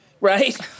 right